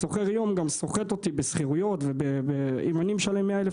שוכר היום גם סוחט אותי בשכירויות; אם אני משלם 100 אלף